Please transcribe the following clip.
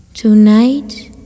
Tonight